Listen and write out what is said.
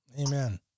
Amen